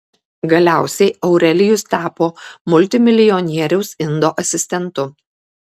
galiausiai aurelijus tapo multimilijonieriaus indo asistentu